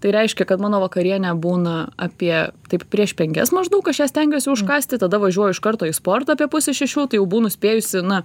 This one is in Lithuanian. tai reiškia kad mano vakarienė būna apie taip prieš penkias maždaug aš ją stengiuosi užkąsti tada važiuoju iš karto į sportą apie pusę šešių tai jau būnu spėjusi na